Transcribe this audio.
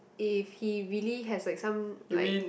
if he really has like some like